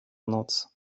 noc